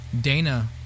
Dana